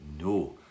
no